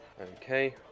Okay